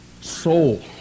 soul